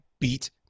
beat